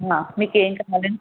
ఆ మీకేం కావాలండీ